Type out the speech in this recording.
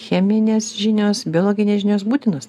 cheminės žinios biologinės žinios būtinos